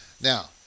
now